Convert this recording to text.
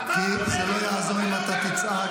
אני מבקשת.